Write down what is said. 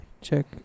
Check